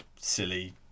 Silly